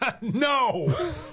No